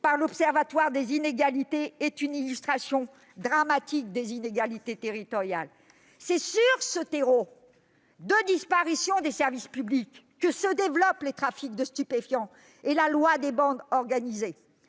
par l'Observatoire des inégalités, est une illustration dramatique des inégalités territoriales. C'est sur ce terreau de la disparition des services publics que se développent les trafics de stupéfiants et la loi des bandes organisées.